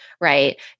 right